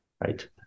right